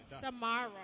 Samara